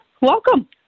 welcome